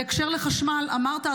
בהקשר של החשמל אמרת,